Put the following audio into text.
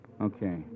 Okay